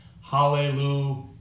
Hallelujah